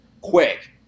quick